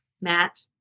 Matt